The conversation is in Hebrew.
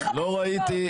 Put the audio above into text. אני אחליף,